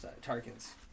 Tarkin's